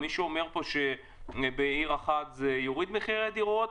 מי שאומר שבעיר אחת זה יוריד מחירי דירות,